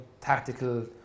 tactical